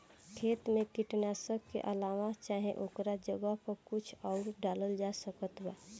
खेत मे कीटनाशक के अलावे चाहे ओकरा जगह पर कुछ आउर डालल जा सकत बा?